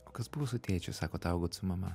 o kas buvo su tėčiu sakot augot su mama